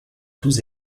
tous